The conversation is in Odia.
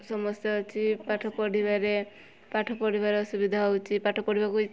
ସମସ୍ୟା ଅଛି ପାଠ ପଢ଼ିବାରେ ପାଠ ପଢ଼ିବାରେ ଅସୁବିଧା ହେଉଛି ପାଠ ପଢ଼ିବାକୁ ଇ